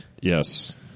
Yes